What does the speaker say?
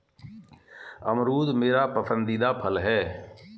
अमरूद मेरा पसंदीदा फल है